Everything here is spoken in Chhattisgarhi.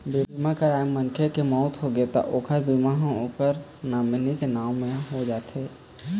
बीमा करवाए मनखे के मउत होगे त ओखर बीमा ह ओखर नामनी के नांव म हो जाथे